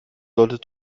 sollte